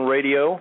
Radio